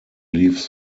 leave